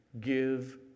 give